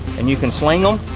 and you can sling them